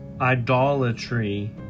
idolatry